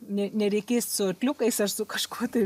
ne nereikės su arkliukais ar su kažkuo tai